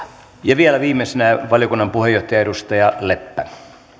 ja vielä viimeisenä valiokunnan puheenjohtaja edustaja leppä